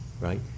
right